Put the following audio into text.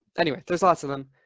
anyway, there's lots of them.